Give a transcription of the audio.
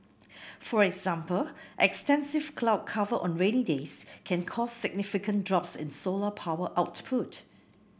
for example extensive cloud cover on rainy days can cause significant drops in solar power output